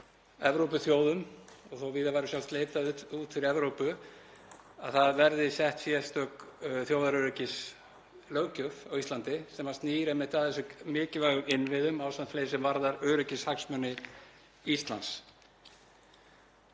Evrópuþjóðum og þótt víðar væri leitað út fyrir Evrópu að það verði sett sérstök þjóðaröryggislöggjöf á Íslandi sem snýr að þessum mikilvægu innviðum ásamt fleiru sem varðar öryggishagsmuni Íslands.